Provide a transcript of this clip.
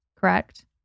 Correct